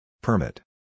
Permit